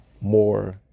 more